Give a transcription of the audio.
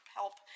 help